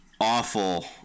awful